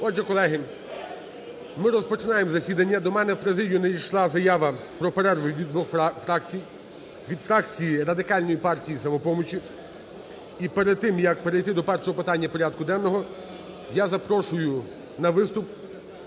Отже, колеги, ми розпочинаємо засідання. До мене в президію надійшла заява про перерву від двох фракцій: від фракції Радикальної партії і "Самопомочі". І перед тим, як перейти до першого питання порядку денного, я запрошую на виступ